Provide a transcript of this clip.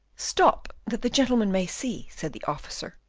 stop, that the gentleman may see, said the officer,